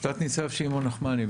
תת-ניצב שמעון נחמני,